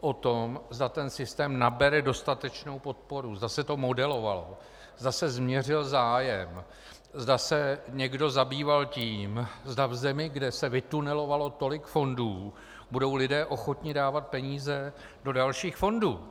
o tom, zda ten systém nabere dostatečnou podporu, zda se to modelovalo, zda se změřil zájem, zda se někdo zabýval tím, zda v zemi, kde se vytunelovalo tolik fondů, budou lidé ochotni dávat peníze do dalších fondů.